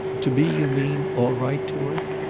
to be, you mean, all right to her?